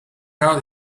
out